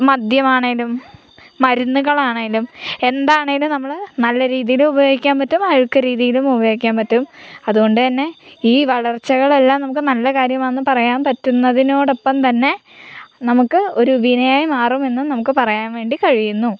മദ്യമാണെങ്കിലും മരുന്നുകളാണെങ്കിലും എന്താണെങ്കിലും നമ്മൾ നല്ല രീതിയിൽ ഉപയോഗിക്കാൻ പറ്റും അഴുക്ക രീതിയിലും ഉപയോഗിക്കാൻ പറ്റും അതുകൊണ്ട് തന്നെ ഈ വളർച്ചകളെല്ലാം നമുക്ക് നല്ല കാര്യമാണെന്ന് പറയാൻ പറ്റുന്നതിനോടൊപ്പം തന്നെ നമുക്ക് ഒരു വിനയായി മാറുമെന്ന് നമുക്ക് പറയാൻ വേണ്ടി കഴിയുന്നു